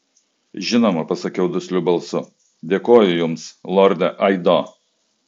žinoma pasakiau dusliu balsu dėkoju jums lorde aido